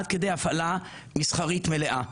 עד כדי הרצה מסחרית מלאה.